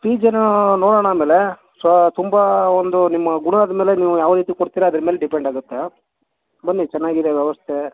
ಫೀಜನ್ನ ನೋಡೋಣ ಆಮೇಲೆ ಸೋ ತುಂಬ ಒಂದು ನಿಮ್ಮ ಗುಣ ಆದಮೇಲೆ ನೀವು ಯಾವ ರೀತಿ ಕೊಡ್ತೀರಾ ಅದ್ರ ಮೇಲೆ ಡಿಪೆಂಡ್ ಆಗುತ್ತೆ ಬನ್ನಿ ಚೆನ್ನಾಗಿದೆ ವ್ಯವಸ್ಥೆ